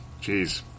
Jeez